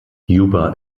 juba